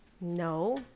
No